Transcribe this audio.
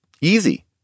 easy